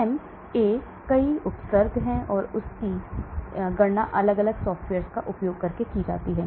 M A कई उपसर्ग हैं इसलिए इनकी गणना अलग अलग सॉफ्टवेयर्स का उपयोग करके की जाती है